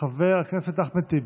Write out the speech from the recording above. חבר הכנסת אחמד טיבי,